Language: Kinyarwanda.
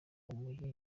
umujyi